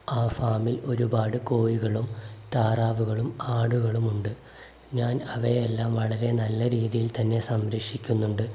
ആ ഫാമിൽ ഒരുപാട് കോഴികളും താറാവുകളും ആടുകളുമുണ്ട് ഞാൻ അവയെല്ലാം വളരെ നല്ല രീതിയിൽ തന്നെ സംരക്ഷിക്കുന്നുണ്ട്